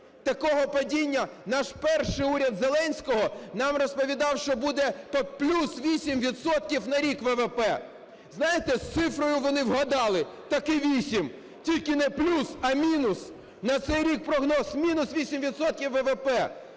такого падіння... Наш перший уряд Зеленського нам розповідав, що буде плюс 8 відсотків на рік ВВП. Знаєте, з цифрою вони вгадали – таки 8, тільки не плюс, а мінус. На цей рік прогноз – мінус 8